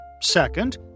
Second